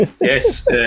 Yes